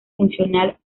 funcional